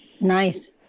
Nice